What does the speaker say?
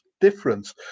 difference